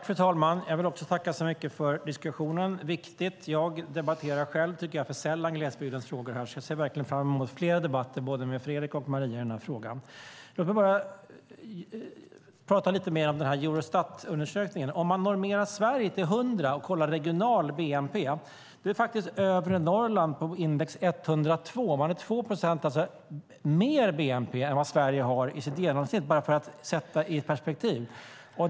Fru talman! Jag tackar också för diskussionen. Den är viktig. Jag tycker själv att jag alltför sällan debatterar glesbygdsfrågor här, så jag ser fram emot fler debatter med Fredrik och Maria i denna fråga. Låt mig tala lite mer om Eurostatundersökningen. Normerar man Sverige till 100 och kollar regional bnp är Övre Norrlands index 102. Man har 2 procent mer i bnp än vad Sverige har i genomsnitt - för att sätta det i ett perspektiv.